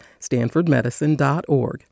stanfordmedicine.org